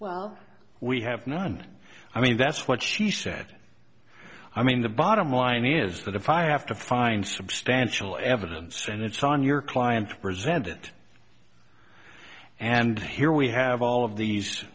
well we have none i mean that's what she said i mean the bottom line is that if i have to find substantial evidence and it's on your client to present it and here we have all of these